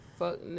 Fuck